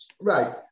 Right